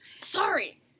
Sorry